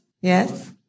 Yes